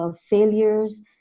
failures